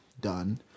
done